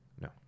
No